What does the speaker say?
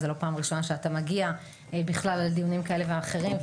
זו לא פעם ראשונה שאתה מגיע בכלל לדיונים כאלה ואחרים.